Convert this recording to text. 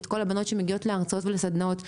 כל הבנות שמגיעות להרצאות ולסדנאות.